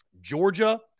Georgia